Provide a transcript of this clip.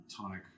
tonic